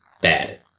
bad